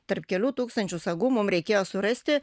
tarp kelių tūkstančių sagų mum reikėjo surasti